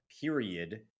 period